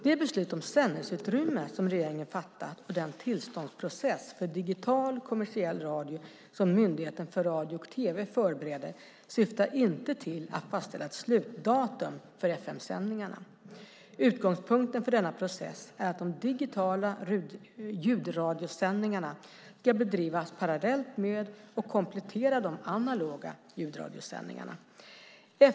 Det beslut om sändningsutrymme som regeringen fattat och den tillståndsprocess för digital kommersiell radio som Myndigheten för radio och tv förbereder syftar inte till att fastställa ett slutdatum för FM-sändningarna. Utgångspunkten för denna process är att de digitala ljudradiosändningarna ska bedrivas parallellt med och komplettera de analoga ljudradiosändningarna.